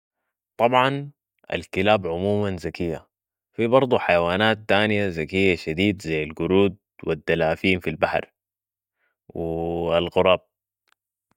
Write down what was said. طبعن الكلاب عموما ذكيه. في برضو حيوانات تانيه ذكيه شديد زي القرود و الدلافين في البحر و الغراب